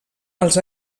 als